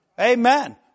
Amen